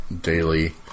daily